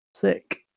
Sick